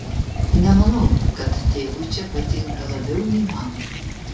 nemanau kad tėvui čia patinka labiau nei man